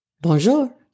Bonjour